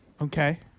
Okay